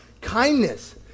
kindness